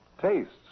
tastes